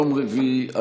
יום רביעי,